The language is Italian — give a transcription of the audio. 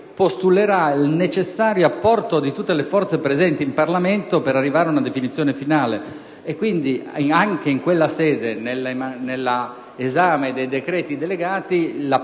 postulerà il necessario apporto di tutte le forze presenti in Parlamento per arrivare ad una definizione finale. Quindi, anche in quella sede, nell'esame dei decreti delegati, l'apporto